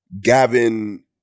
Gavin